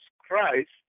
Christ